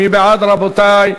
מי בעד, רבותי?